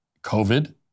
COVID